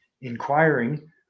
inquiring